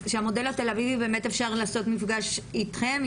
באמת אפשר לעשות מפגש איתכם,